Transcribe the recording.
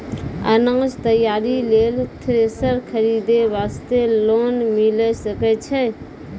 अनाज तैयारी लेल थ्रेसर खरीदे वास्ते लोन मिले सकय छै?